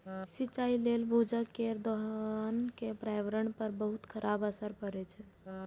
सिंचाइ लेल भूजल केर दोहन सं पर्यावरण पर बहुत खराब असर पड़ै छै